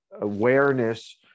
awareness